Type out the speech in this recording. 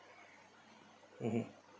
mmhmm